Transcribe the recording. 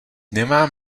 nemám